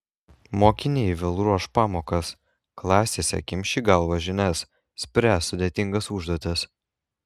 mokiniai vėl ruoš pamokas klasėse kimš į galvą žinias spręs sudėtingas užduotis